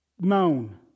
known